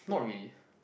not really